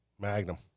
Magnum